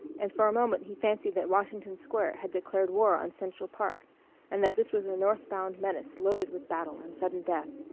and for a moment he fancied that washington square had declared war on central park and that this was a north-bound menace loaded with battle and sudden death.